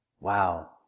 Wow